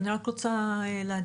אני רק רוצה להדגיש,